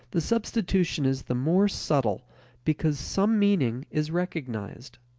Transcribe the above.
the substitution is the more subtle because some meaning is recognized.